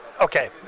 okay